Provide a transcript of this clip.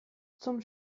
zum